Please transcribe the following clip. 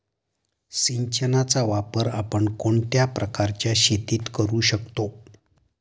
सिंचनाचा वापर आपण कोणत्या प्रकारच्या शेतीत करू शकतो?